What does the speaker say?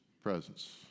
presence